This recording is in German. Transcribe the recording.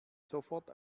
sofort